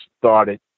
started